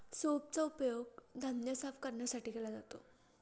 सूपचा उपयोग धान्य साफ करण्यासाठी केला जातो